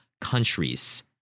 countries